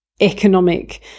economic